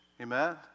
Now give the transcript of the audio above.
Amen